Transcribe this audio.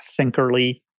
thinkerly